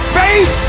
faith